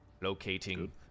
locating